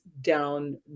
down